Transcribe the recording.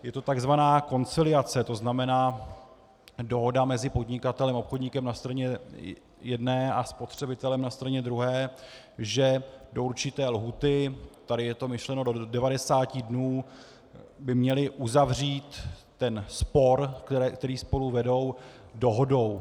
Je to tak zvaná konciliace, to znamená dohoda mezi podnikatelem a obchodníkem na straně jedné a spotřebitelem na straně druhé, že do určité lhůty, tady je to myšleno do 90 dnů, by měli uzavřít spor, který spolu vedou, dohodou.